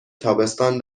تابستان